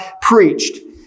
preached